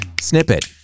Snippet